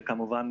וכמובן,